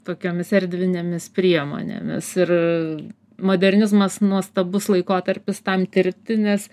tokiomis erdvinėmis priemonėmis ir modernizmas nuostabus laikotarpis tam tirti nes